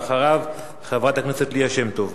ואחריו, חברת הכנסת ליה שמטוב.